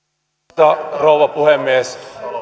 arvoisa rouva puhemies